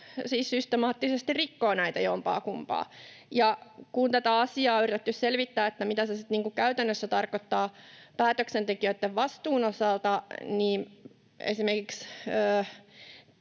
systemaattisesti rikkoo näistä jompaakumpaa. Kun on yritetty selvittää, mitä se sitten käytännössä tarkoittaa päätöksentekijöitten vastuun osalta, niin esimerkiksi